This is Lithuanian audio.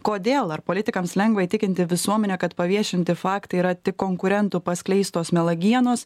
kodėl ar politikams lengva įtikinti visuomenę kad paviešinti faktai yra tik konkurentų paskleistos melagienos